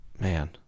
man